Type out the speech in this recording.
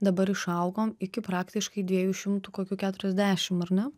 dabar išaugom iki praktiškai dviejų šimtų kokių keturiasdešim ar ne